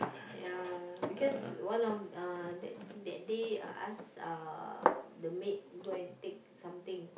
ya because one of uh that that day I ask uh the maid go and take something